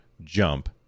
jump